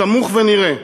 סמוך ונראה.